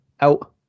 out